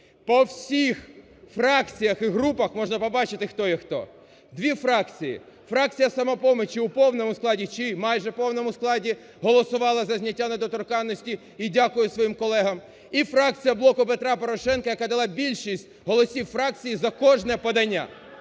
По всіх фракціях і групах можна побачити хто є хто. Дві фракції, фракція "Самопомочі" у повному складі чи майже повному складі голосувала за зняття недоторканності і дякую своїм колегам, і фракція "Блоку Петра Порошенка", яка дала більшість голосів фракції за кожне подання.